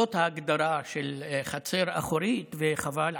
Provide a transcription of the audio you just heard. זאת ההגדרה של חצר אחורית, וחבל.